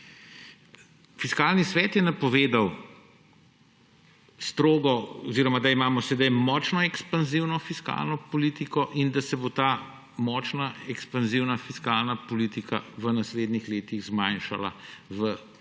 Fiskalni svet je napovedal, da imamo sedaj močno ekspanzivno fiskalno politiko in da se bo ta močna ekspanzivna fiskalna politika v naslednjih letih zmanjšala v manj